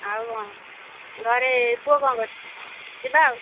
ଆଉ କ'ଣ ଘରେ ପୁଅ କ'ଣ କରୁଛି ଯିବା ଆଉ